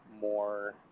more